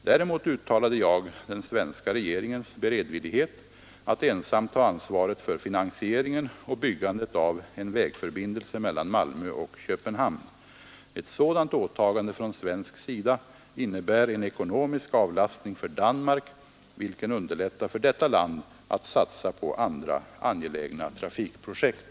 Däremot uttalade jag den svenska regeringens beredvillighet att ensam ta ansvaret för finansieringen och byggandet av en vägförbindelse mellan Malmö och Köpenhamn. Ett sådant åtagande från svensk sida innebär en ekonomisk avlastning för Danmark, vilken underlättar för detta land att satsa på andra angelägna trafikprojekt.